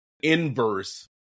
inverse